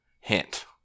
hint